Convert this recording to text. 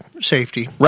safety